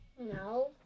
No